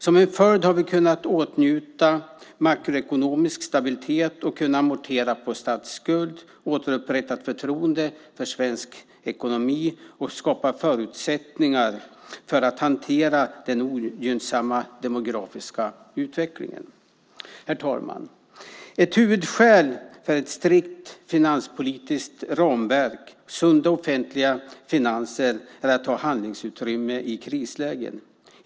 Som en följd har vi kunnat åtnjuta makroekonomisk stabilitet och kunnat amortera på statsskulden, återupprättat förtroendet för svensk ekonomi och skapat förutsättningar för att hantera den ogynnsamma demografiska utvecklingen. Herr talman! Ett huvudskäl för ett strikt finanspolitiskt ramverk och sunda offentliga finanser är att ha handlingsutrymme i krislägen.